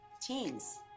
teens